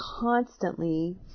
constantly